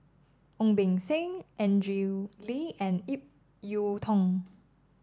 Ong Beng Seng Andrew Lee and Ip Yiu Tung